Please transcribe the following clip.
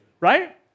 right